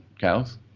cows